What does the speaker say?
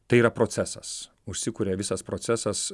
tai yra procesas užsikuria visas procesas